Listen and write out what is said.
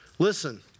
Listen